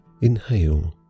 inhale